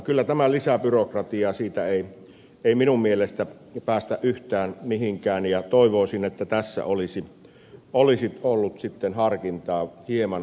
kyllä tämä lisää byrokratiaa siitä ei minun mielestäni päästä yhtään mihinkään ja toivoisin että tässä olisi ollut sitten harkintaa hieman pitemmälle